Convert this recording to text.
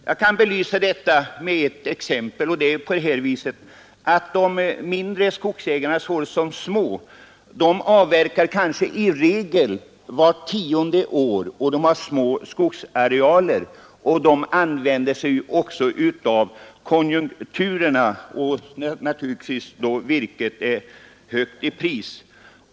Jag kan belysa det med ett exempel: De små skogsägarna avverkar kanske vart tionde år; de har små skogsarealer och de avverkar också när virket på grund av konjunkturerna har ett högt pris.